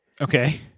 Okay